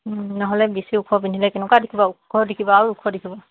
নহ'লে বেছি ওখ পিন্ধিলে কেনেকুৱা দেখিব ওখ দেখিব আৰু ওখ দেখিব